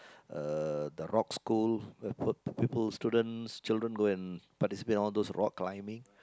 uh the rock school where p~ people students children go and participate in all those rock climbing